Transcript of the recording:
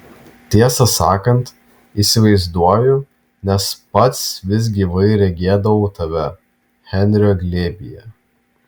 tiesą sakant įsivaizduoju nes pats vis gyvai regėdavau tave henrio glėbyje